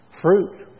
fruit